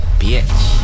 bitch